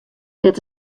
dat